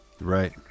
Right